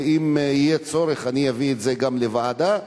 ואם יהיה צורך אני אביא את זה גם לוועדה,